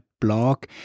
blog